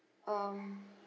um